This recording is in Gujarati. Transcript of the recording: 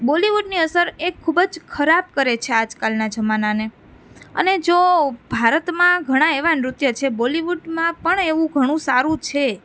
બોલિવૂડની અસર એક ખૂબ જ ખરાબ કરે છે આજકાલના જમાનાને અને જો ભારતમાં ઘણા એવા નૃત્ય છે બોલિવૂડમાં પણ એવું ઘણું સારું છે